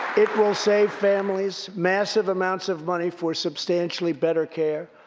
it will save families massive amounts of money for substantially better care.